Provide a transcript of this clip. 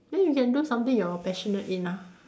then you can do something you're passionate in ah